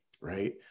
right